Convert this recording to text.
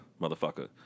motherfucker